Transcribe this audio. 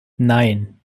nein